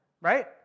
right